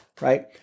Right